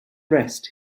rest